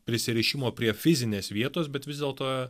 prisirišimo prie fizinės vietos bet vis dėlto jie